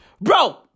Bro